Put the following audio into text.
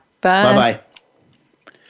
Bye-bye